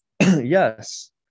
Yes